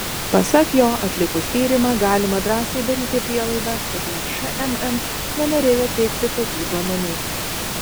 pasak jo atlikus tyrimą galima drąsiai daryti prielaidą kodėl šmm nenorėjo teikti tokių duomenų